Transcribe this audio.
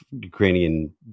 Ukrainian